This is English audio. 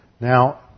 Now